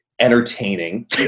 entertaining